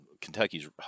Kentucky's